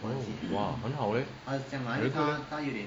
!wah! 很好 leh